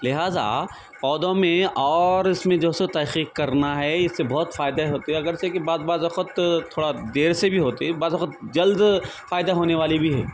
لہذا پودوں میں اور اس میں جو ہے سو تحقیق کرنا ہے اس سے بہت فائدے ہوتے اگرچہ کہ بعض بعض وقت تھوڑا دیر سے بھی ہوتے بعض وقت جلد فائدہ ہونے والی بھی ہے